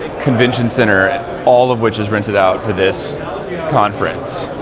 ah convention center, all of which is rented out for this conference.